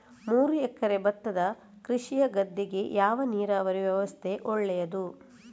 ಮೂರು ಎಕರೆ ಭತ್ತದ ಕೃಷಿಯ ಗದ್ದೆಗೆ ಯಾವ ನೀರಾವರಿ ವ್ಯವಸ್ಥೆ ಒಳ್ಳೆಯದು?